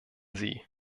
sie